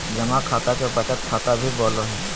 जमा खाता के बचत खाता भी बोलो हइ